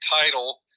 title